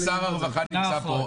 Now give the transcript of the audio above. שר הרווחה נמצא פה.